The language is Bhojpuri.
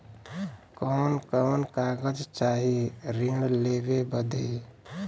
कवन कवन कागज चाही ऋण लेवे बदे?